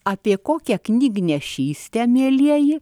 apie kokią knygnešystę mielieji